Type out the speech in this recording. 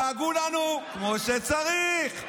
לעגו לנו כמו שצריך.